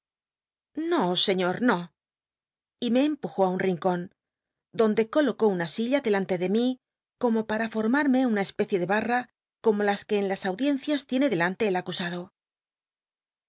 no scíior no y me empujo a un rincon donde colocó una silla delante de mí como para formarme una especie de bat ra como las que en las audiencias tiene delante el acusado